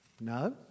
no